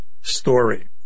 story